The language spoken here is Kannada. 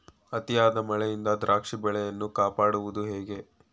ಅತಿಯಾದ ಮಳೆಯಿಂದ ದ್ರಾಕ್ಷಿ ಬೆಳೆಯನ್ನು ಕಾಪಾಡುವುದು ಹೇಗೆ?